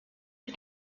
est